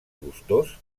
gustós